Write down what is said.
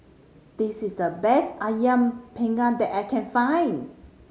this is the best Ayam Panggang that I can find